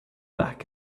back